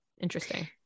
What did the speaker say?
interesting